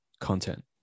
content